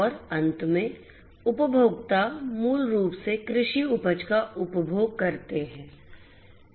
और अंत में उपभोक्ता मूल रूप से कृषि उपज का उपभोग करते हैं